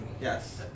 Yes